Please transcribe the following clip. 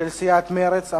של סיעת מרצ.